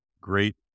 great